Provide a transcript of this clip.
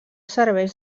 serveix